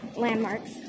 landmarks